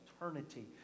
eternity